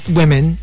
women